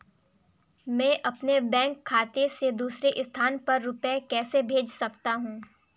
मैं अपने बैंक खाते से दूसरे स्थान पर रुपए कैसे भेज सकता हूँ?